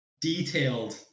detailed